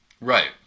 Right